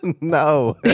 No